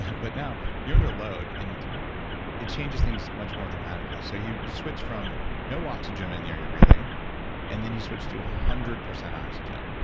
but now, you're under load and it changes things much more dramatically. so you you switch from no oxygen in the air you're breathing and then you switch to one hundred percent oxygen.